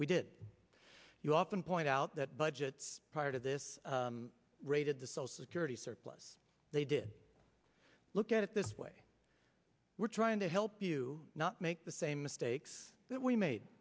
we did you often point out that budgets prior to this raided the social security surplus they did look at it this way we're trying to help you not make the same mistakes that we made